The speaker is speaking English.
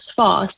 fast